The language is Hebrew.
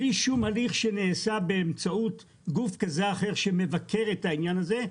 בלי שום הליך שנעשה באמצעות גוף כזה או אחר שמבקר את העניין הזה,